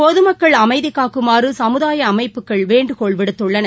பொதுமக்கள் அமைதிகாக்குமாறுசமுதாயஅமைப்புகள் வேண்டுகோள் விடுத்துள்ளன